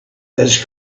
this